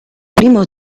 primo